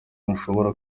ntushobora